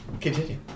Continue